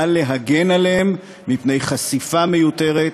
בא להגן עליהם מפני חשיפה מיותרת,